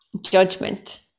judgment